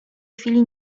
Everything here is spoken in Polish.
chwili